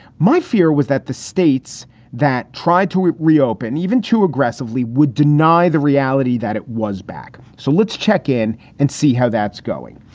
my fear was that the states that tried to reopen even too aggressively would deny the reality that it was back. so let's check in and see how that's going.